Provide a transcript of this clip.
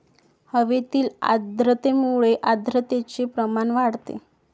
हवेतील आर्द्रतेमुळे आर्द्रतेचे प्रमाण वाढते